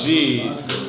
Jesus